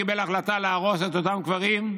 קיבל החלטה להרוס את אותם קברים,